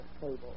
table